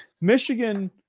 Michigan